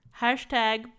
hashtag